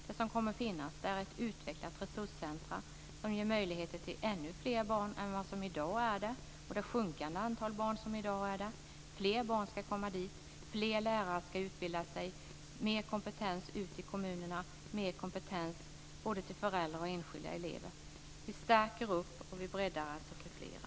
Det som kommer att finns där är ett utvecklat resurscentrum, som ger möjligheter för ännu fler barn än vad som i dag finns där. Antalet barn som i dag är där är sjunkande. Fler barn ska komma dit. Fler lärare ska utbilda sig. Det ska bli mer av kompetens ute i kommunerna och till föräldrar och enskilda elever. Vi stärker upp arbetet och breddar det för flera.